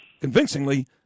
convincingly